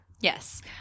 Yes